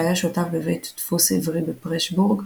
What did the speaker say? שהיה שותף בבית דפוס עברי בפרשבורג,